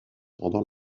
pendant